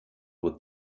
with